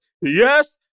yes